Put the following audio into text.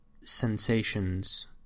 sensations